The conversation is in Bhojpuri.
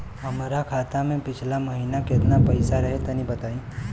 हमरा खाता मे पिछला महीना केतना पईसा रहे तनि बताई?